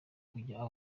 ujya